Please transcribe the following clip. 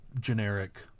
generic